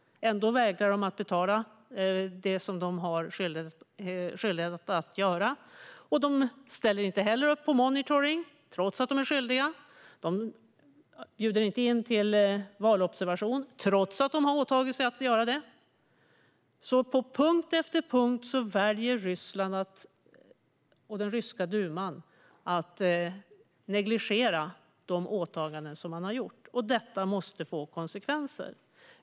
Ändå vägrar de att betala det som de har skyldighet att göra. De ställer inte heller upp på monitoring trots att de är skyldiga att göra det. De bjuder inte in till valobservation trots att de har åtagit sig att göra det. På punkt efter punkt väljer alltså Ryssland och den ryska duman att negligera de åtaganden som man har gjort, och detta måste få konsekvenser.